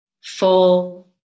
full